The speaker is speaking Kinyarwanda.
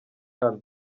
hano